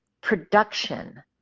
production